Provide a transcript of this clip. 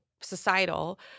societal